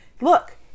look